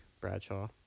Bradshaw